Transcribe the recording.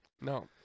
no